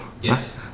Yes